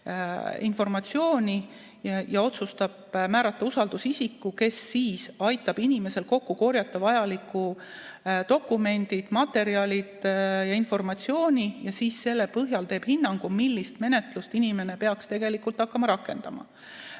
informatsiooni ja otsustab määrata usaldusisiku, kes aitab inimesel kokku korjata vajalikud dokumendid, materjalid ja informatsiooni ja selle põhjal teeb hinnangu, millist menetlust inimene peaks hakkama rakendama.